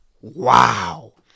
Wow